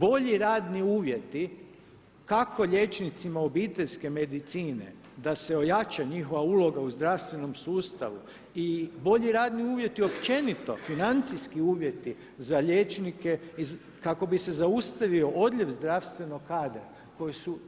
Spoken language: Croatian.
Bolji radni uvjeti kako liječnicima obiteljske medicine da se ojača njihova uloga u zdravstvenom sustavu i bolji radni uvjeti općenito, financijski uvjeti za liječnike kako bi se zaustavio odljev zdravstvenog kadra koji su